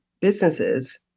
businesses